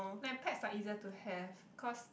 but pets are easier to have because